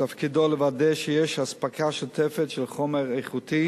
תפקידו לוודא שיש אספקה שוטפת של חומר איכותי